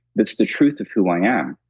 that's the truth of who i am.